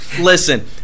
Listen